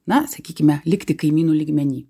na sakykime likti kaimynų lygmeny